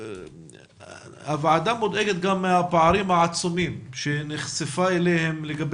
הוועדה מודאגת גם מהפערים העצומים לגבי